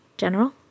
General